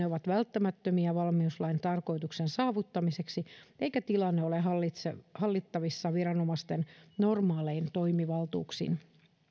ovat välttämättömiä valmiuslain tarkoituksen saavuttamiseksi eikä tilanne ole hallittavissa viranomaisten normaalein toimivaltuuksiin